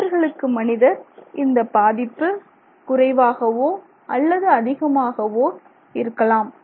மனிதர்களுக்கு மனிதர் இந்த பாதிப்பு குறைவாகவோ அல்லது அதிகமாகவோ இருக்கலாம்